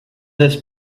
this